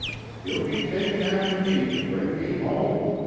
he'll be takin' after me to bring me home.